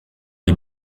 les